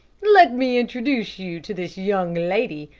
let me introduce you to this young lady,